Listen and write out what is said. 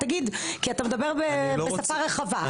כי אתה מדבר בשפה רחבה,